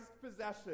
possession